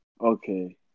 okay